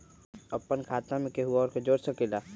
अपन खाता मे केहु आर के जोड़ सके ला?